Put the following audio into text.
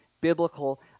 biblical